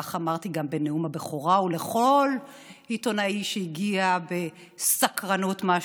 כך אמרתי גם בנאום הבכורה ולכל עיתונאי שהגיעה בסקרנות מה,